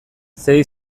sei